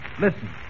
listen